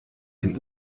dem